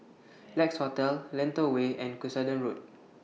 Lex Hotel Lentor Way and Cuscaden Road